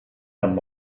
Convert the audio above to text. amb